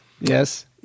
Yes